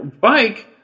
bike